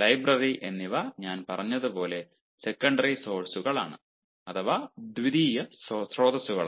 library എന്നിവ ഞാൻ പറഞ്ഞതുപോലെ സെക്കൻഡറി സോർസ്സുകൾ ആണ് ദ്വിതീയ സ്രോതസ്സുകളാണ്